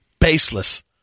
Baseless